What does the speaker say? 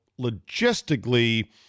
logistically